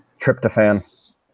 tryptophan